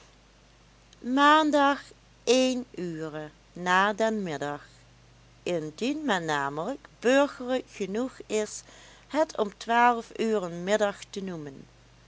maandag één ure na den middag indien men namelijk burgerlijk genoeg is het om twaalf uren middag te noemen